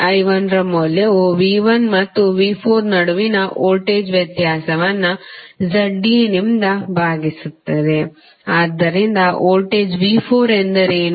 I1 ಮೌಲ್ಯವು V1 ಮತ್ತು V4 ನಡುವಿನ ವೋಲ್ಟೇಜ್ ವ್ಯತ್ಯಾಸವನ್ನು ZA ನಿಂದ ಭಾಗಿಸುತ್ತದೆ ಆದ್ದರಿಂದ ವೋಲ್ಟೇಜ್ V4 ಎಂದರೇನು